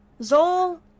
Zol